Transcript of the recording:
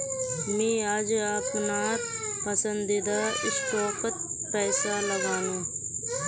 मी आज अपनार पसंदीदा स्टॉकत पैसा लगानु